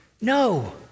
No